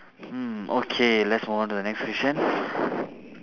hmm okay let's move on to the next question